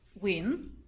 win